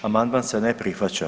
Amandman se ne prihvaća.